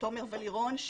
תומר ולירון,